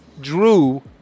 Drew